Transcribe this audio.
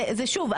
שוב,